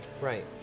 Right